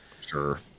sure